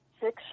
six